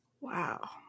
Wow